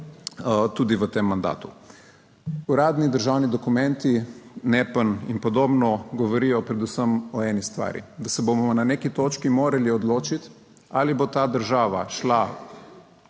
tudi v tem mandatu. Uradni državni dokumenti, NEPN in podobno, govorijo predvsem o eni stvari, da se bomo na neki točki morali odločiti, ali bo ta država šla